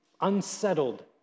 unsettled